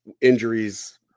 injuries